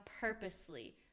purposely